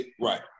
Right